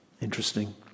Interesting